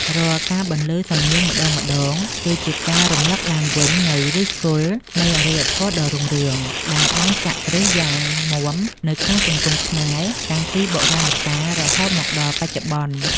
រាល់ការបន្លឺសំនៀងម្តងៗ គឺជាការរំឮកឡើងវិញនូវឫសគល់នៃអរិយធម៌ដ៏រុងរឿង ដែលបានចាក់គ្រឹះយ៉ាងមាំនៅក្នុងសង្គមខ្មែរតាំងពីបុរាណកាលរហូតមកដល់បច្ចុប្បន្ន។